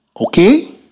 Okay